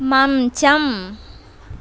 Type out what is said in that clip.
మంచం